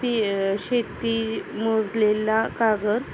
P शेती मोजलेला कागर